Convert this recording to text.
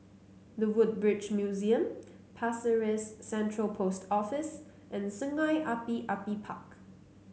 The Woodbridge Museum Pasir Ris Central Post Office and Sungei Api Api Park